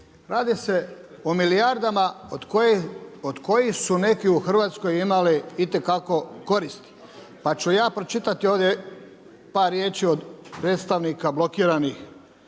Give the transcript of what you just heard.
Radi se o milijardama od kojih su neki u Hrvatskoj imali itekako koristi. Pa ću ja pročitati ovdje par riječi od predstavnika blokiranih,